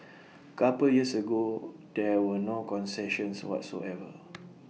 couple years ago there were no concessions whatsoever